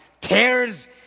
tears